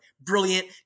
brilliant